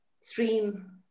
stream